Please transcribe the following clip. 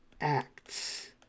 acts